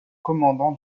commandant